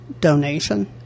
donation